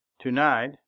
Tonight